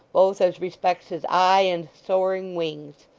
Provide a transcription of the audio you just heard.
both as respects his eye and soaring wings.